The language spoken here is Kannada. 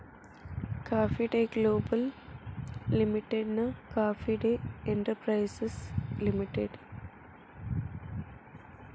ಕಾಫಿ ಡೇ ಗ್ಲೋಬಲ್ ಲಿಮಿಟೆಡ್ನ ಕಾಫಿ ಡೇ ಎಂಟರ್ಪ್ರೈಸಸ್ ಲಿಮಿಟೆಡ್